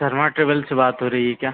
Sharma travel से बात हो रही है क्या